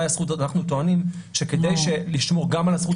ביקשנו את זה כדי לשמור גם על הזכות